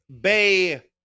Bay